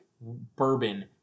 bourbon